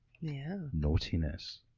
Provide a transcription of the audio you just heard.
naughtiness